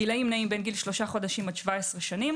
הגילאים נעים בין 3 חודשים עד 17 שנים.